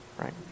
Right